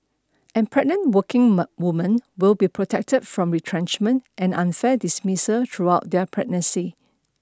and pregnant working women will be protected from retrenchment and unfair dismissal throughout their pregnancy